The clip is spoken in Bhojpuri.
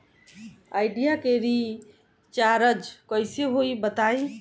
आइडिया के रीचारज कइसे होई बताईं?